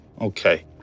Okay